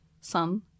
sun